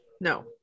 No